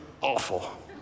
awful